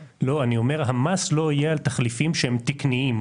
לא, אני אומר שהמס לא יהיה על תחליפים שהם תקניים.